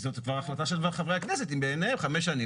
זאת כבר החלטה של חברי הכנסת אם בעיניהם חמש שנים